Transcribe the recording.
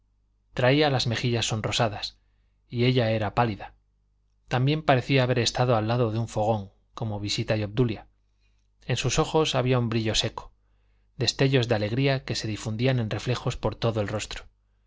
traía las mejillas sonrosadas y ella era pálida también parecía haber estado al lado de un fogón como visita y obdulia en sus ojos había un brillo seco destellos de alegría que se difundían en reflejos por todo el rostro